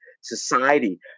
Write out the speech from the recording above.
society